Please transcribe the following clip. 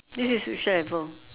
this is which level